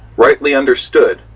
rightly understood,